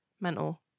Mental